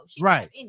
Right